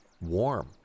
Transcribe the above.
warm